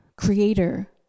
creator